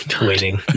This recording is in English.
Waiting